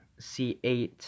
C8